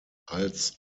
als